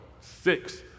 six